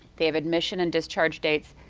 they have admission and discharge dates.